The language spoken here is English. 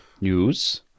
news